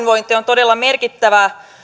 työpahoinvointi on todella merkittävä